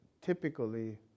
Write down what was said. typically